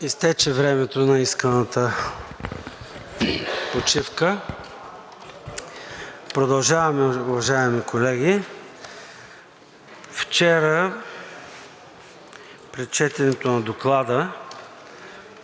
Изтече времето на исканата почивка. Продължаваме, уважаеми колеги. Вчера при четенето на Доклада